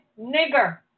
nigger